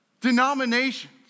denominations